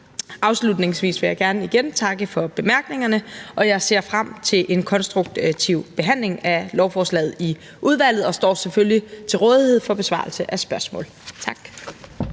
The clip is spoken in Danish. Afslutningsvis vil jeg gerne igen takke for bemærkningerne, og jeg ser frem til en konstruktiv behandling af lovforslaget i udvalget og står selvfølgelig til rådighed for besvarelse af spørgsmål. Tak.